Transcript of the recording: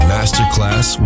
Masterclass